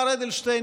מר אדלשטיין,